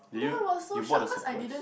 did you you bought the surprise